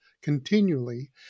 continually